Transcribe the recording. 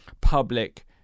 public